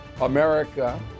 America